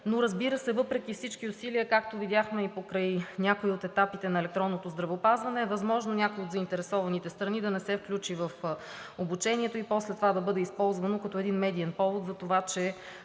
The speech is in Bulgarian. но разбира се, въпреки всички усилия, както видяхме и покрай някои от етапите на електронното здравеопазване, е възможно някои от заинтересованите страни да не се включат в обучението и после това да бъде използвано като един медиен повод за това, че